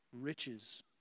riches